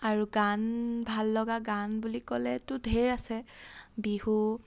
আৰু গান ভাল লগা গান বুলি ক'লেতো ঢেৰ আছে বিহু